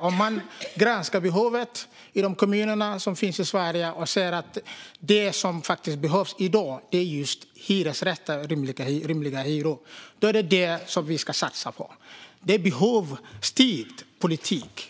Om man granskar behovet i Sveriges kommuner och ser att det som faktiskt behövs är hyresrätter är det just det man ska satsa på. Det är behovsstyrd politik.